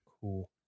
Cool